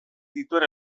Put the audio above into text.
dituen